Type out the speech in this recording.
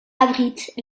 abritent